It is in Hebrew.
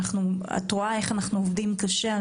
את רואה איך אנחנו עובדים קשה,